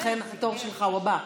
לכן התור שלך הוא הבא.